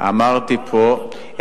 אמרתי פה,